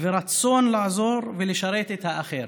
ורצון לעזור ולשרת את האחר,